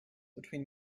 between